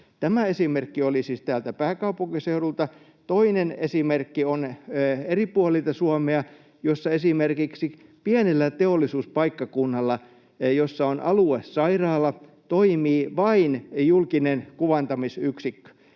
Tämä esimerkki oli siis täältä pääkaupunkiseudulta. Toinen esimerkki on eri puolelta Suomea, kun esimerkiksi pienellä teollisuuspaikkakunnalla, jossa on aluesairaala, toimii vain julkinen kuvantamisyksikkö.